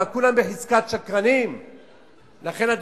למה, כולם בחזקת שקרנים?